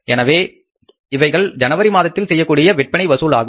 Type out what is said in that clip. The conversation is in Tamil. எனவே இவைகள் ஜனவரி மாதத்தில் செய்யக்கூடிய விற்பனை வசூலாகும்